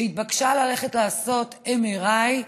שביקשה ללכת לעשות MRI,